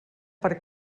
per